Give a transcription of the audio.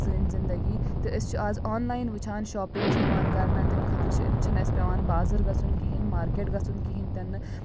سٲنۍ زِندگی تہٕ أسۍ چھِ آز آنلاین وٕچھان شاپِنٛگ چھِ یِوان کَرنہٕ تمہِ خٲطرٕ چھِنہٕ اَسہِ پٮ۪وان بازَر گژھُن کِہیٖنۍ مارکیٹ گژھُن کِہیٖنۍ تہِ نہٕ